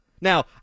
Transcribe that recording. Now